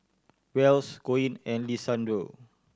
Wells Koen and Lisandro